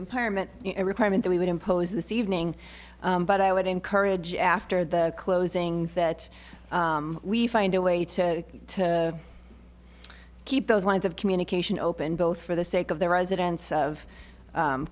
environment a requirement that we would impose this evening but i would encourage after the closings that we find a way to keep those lines of communication open both for the sake of the residents of